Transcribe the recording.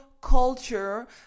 culture